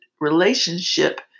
relationship